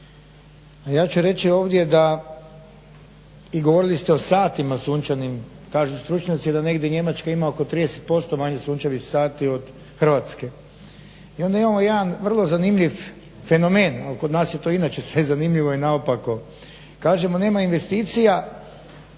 Ja ću reći ovdje da i govorili ste i o satima sunčanim. Kažu stručnjaci da negdje Njemačka ima oko 30% manje sunčevih sati do Hrvatske. I onda imamo jedan vrlo zanimljivi fenomen, a kod nas je sve to inače zanimljivo i naopako. Kažemo nema investicija,